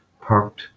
parked